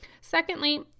Secondly